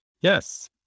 Yes